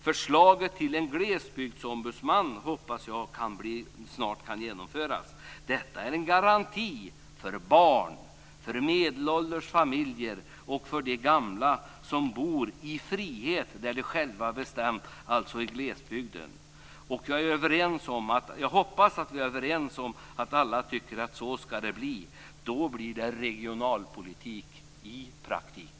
Förslaget till en glesbygdsombudsman hoppas jag snart kan genomföras. Detta är en garanti för barn, för medelålders familjer och för de gamla som bor där de själva i frihet har bestämt det, alltså i glesbygden. Jag hoppas att vi är överens om att det ska bli så. Då blir det regionalpolitik i praktiken.